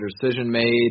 decision-made